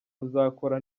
muzakora